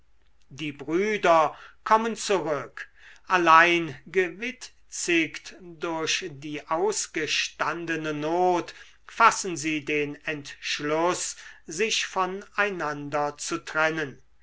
die brüder kommen zurück allein gewitzigt durch die ausgestandene not fassen sie den entschluß sich von einander zu trennen